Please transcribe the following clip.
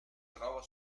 trova